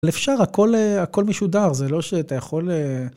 אפשר, הכל הכל משודר, זה לא שאתה יכול...